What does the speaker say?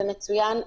זה מצוין.